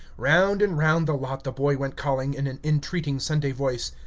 round and round the lot the boy went calling, in an entreating sunday voice,